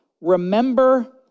remember